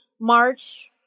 March